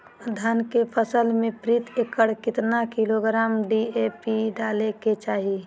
धान के फसल में प्रति एकड़ कितना किलोग्राम डी.ए.पी डाले के चाहिए?